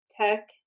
tech